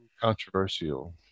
controversial